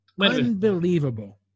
Unbelievable